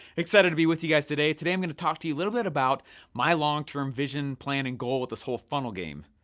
excited to be with you guys today. today, i'm gonna talk to you a little bit about my long-term vision, planning, goal with this whole funnel game.